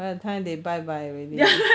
by the time they bye bye already